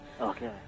Okay